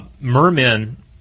Mermen